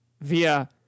via